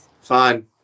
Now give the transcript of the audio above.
Fine